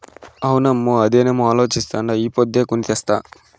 అవునమ్మో, అదేనేమో అలోచిస్తాండా ఈ పొద్దే కొని తెస్తా